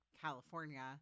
California